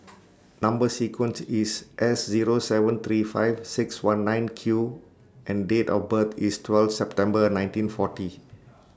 Number sequence IS S Zero seven three five six one nine Q and Date of birth IS twelve September nineteen forty